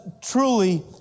truly